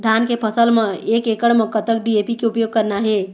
धान के फसल म एक एकड़ म कतक डी.ए.पी के उपयोग करना हे?